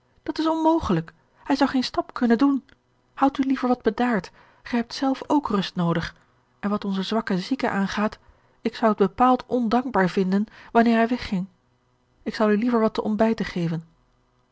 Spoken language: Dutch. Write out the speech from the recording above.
dat is onmogelijk hij zou geen stap kunnen doen houd u liever wat bedaard ge hebt zelf ook rust noodig en wat onzen zwakken zieke aangaat ik zou het bepaald ondankbaar vinden wanneer hij wegging ik zal u liever wat te ontbijten geven